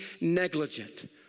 negligent